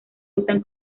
usan